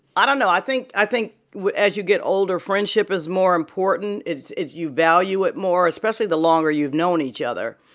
i don't know. i think i think as you get older, friendship is more important. it's it's you value it more, especially the longer you've known each other.